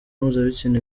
mpuzabitsina